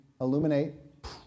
illuminate